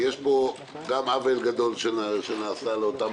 יש פה גם עוול גדול שנעשה לאותן